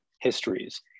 histories